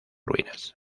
ruinas